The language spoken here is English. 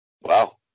Wow